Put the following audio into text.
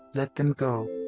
let them go,